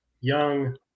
young